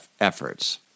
efforts